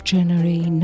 January